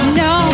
no